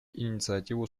инициативу